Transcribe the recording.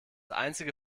einzige